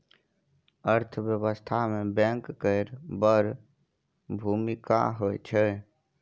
अर्थव्यवस्था मे बैंक केर बड़ भुमिका होइ छै